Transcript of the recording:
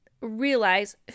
realize